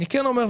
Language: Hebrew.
אני כן אומר,